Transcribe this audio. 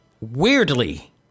Weirdly